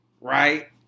right